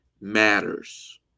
matters